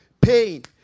pain